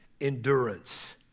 endurance